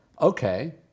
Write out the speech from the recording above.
okay